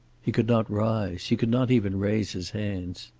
he could not rise. he could not even raise his hands.